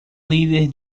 líder